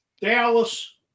Dallas